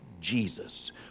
Jesus